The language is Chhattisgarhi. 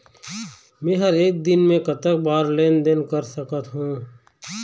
मे हर एक दिन मे कतक बार लेन देन कर सकत हों?